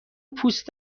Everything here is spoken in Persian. پوست